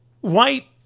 white